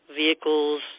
vehicles